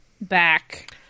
back